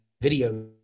video